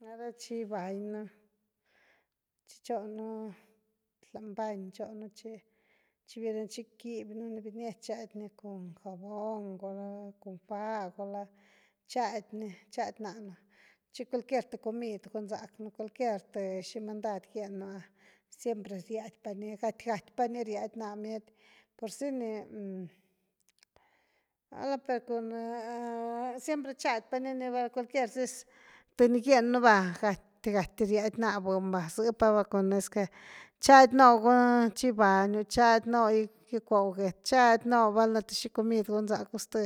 Nare chi gybanyu chi chonu lany bany chonuchy chi gybirenu quibnuni biniech chadny cun jabón gula cun faa, gula chadny chad nanu chi cualquier thy comid gunsaknu, cualquier thy shimandad gyenuaa siempre riadpany gatygatypa ni riady na mietyni, pursi ni a la per cun a-a siempre chadpa niniva cualquier dis thy ni gyenu va gatygaty riady naa buny va zi pava, cun es que chady no chigy banyu chady gykwo get chady noo’ val nu shi thy comid gunsaku sth,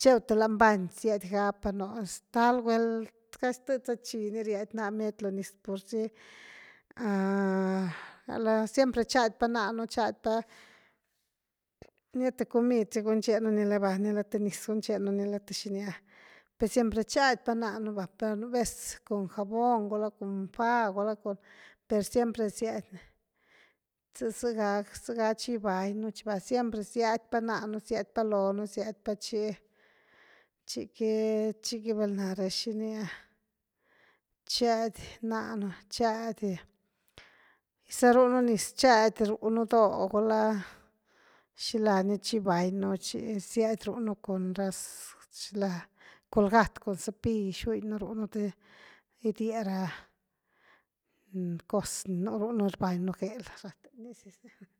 cheu thy lany bany syadgapa noo’ staly wel caz tydza chini riady na miety, lo niz pur si aah la siempre chady pa na nu chadpa nia thy comid si gunchenu ni la va ni la thy niz gunchenu ni la thy shiniaa’ per siempre chadpa na nuva, per nu vez cun jabón gula cun faa gula cun per siempre siadny zga-zga chi guibaniu siempre siadpa naanu siadpa loonu siadpa chi chiqui-chiqui val nare shinia, chiady nanu chiady gysarunu niz chady runu doo’ gula shilany chi gybanynu chi siaad runu cun ra zz shila colgat cun cepill gyshunynu th gydiera cos ni nu runu rbanynu gëel ratee’ gëel.